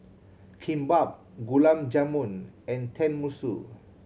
Kimbap Gulab Jamun and Tenmusu